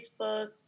Facebook